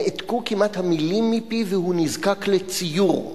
נעתקו כמעט המלים מפיו והוא נזקק לציור.